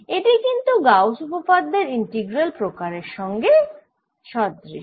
এটি কিন্তু গাউস উপপাদ্যের ইন্টিগ্রাল প্রকারের সঙ্গে সদৃশ